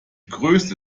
größte